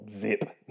zip